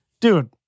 Dude